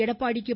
Edappadi K